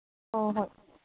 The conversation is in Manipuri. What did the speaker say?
ꯑꯥ ꯍꯣꯏ